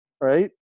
right